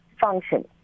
function